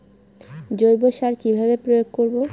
জৈব সার কি ভাবে প্রয়োগ করব?